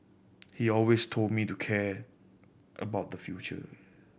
he always told me to care about the future